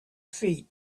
feet